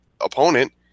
opponent